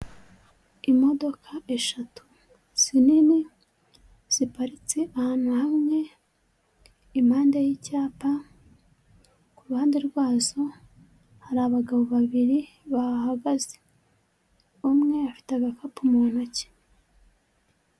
Imodoka eshatu nini ziparitse ahantu hamwe impande yicyapa kuruhande rwazo, hari abagabo babiri bahagaze umwe afite agakapu mu ntoki.